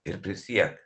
ir prisiek